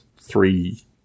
three